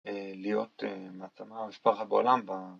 להיות מעצמה מספר 1 בעולם